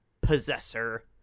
possessor